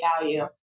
value